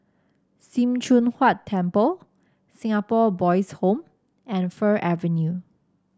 Sim Choon Huat Temple Singapore Boys' Home and Fir Avenue